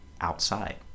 outside